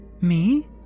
Me